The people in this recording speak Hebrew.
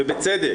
ובצדק,